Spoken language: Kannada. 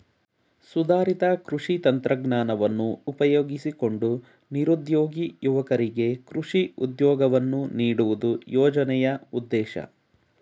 ಸುಧಾರಿತ ಕೃಷಿ ತಂತ್ರಜ್ಞಾನವನ್ನು ಉಪಯೋಗಿಸಿಕೊಂಡು ನಿರುದ್ಯೋಗಿ ಯುವಕರಿಗೆ ಕೃಷಿ ಉದ್ಯೋಗವನ್ನು ನೀಡುವುದು ಯೋಜನೆಯ ಉದ್ದೇಶ